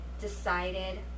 decided